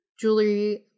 jewelry